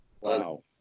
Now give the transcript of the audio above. Wow